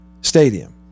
stadium